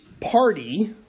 party